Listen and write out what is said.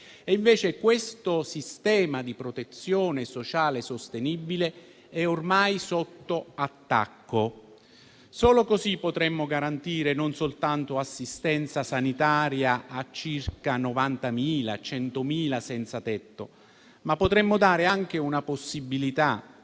di un sistema di protezione sociale sostenibile (invece tale sistema è ormai sotto attacco). Solo così potremo garantire non soltanto assistenza sanitaria a circa 90.000-100.000 senzatetto, ma potremo dare anche una possibilità,